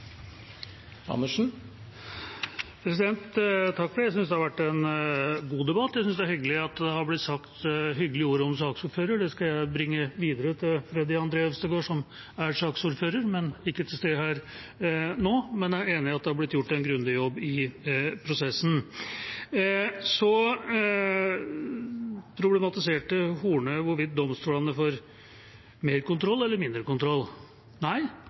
hyggelig at det har blitt sagt hyggelige ord om saksordføreren. Det skal jeg bringe videre til Freddy André Øvstegård, som er saksordfører, men ikke til stede her nå. Jeg er enig i at det har blitt gjort en grundig jobb i prosessen. Representanten Horne problematiserte hvorvidt domstolene får mer kontroll eller mindre kontroll.